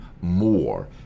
more